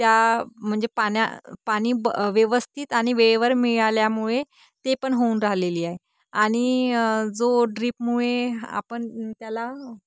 त्या म्हणजे पाण्या पाणी ब व्यवस्थित आणि वेळेवर मिळाल्यामुळे ते पण होऊन राहिलेली आहे आणि जो ड्रीपमुळे आपण त्याला